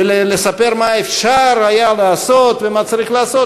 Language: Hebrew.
ולספר מה היה אפשר לעשות ומה צריך לעשות,